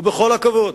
ובכל הכבוד,